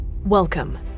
Welcome